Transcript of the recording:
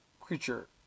creature